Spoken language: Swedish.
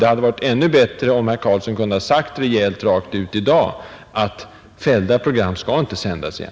Det hade varit ännu bättre om herr Carlsson hade kunnat säga rejält rakt ut i dag, att fällda program inte skall sändas igen.